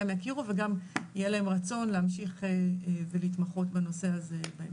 גם יכירו וגם יהיה להם רצון להמשיך ולהתמחות בנושא הזה בהמשך.